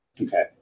Okay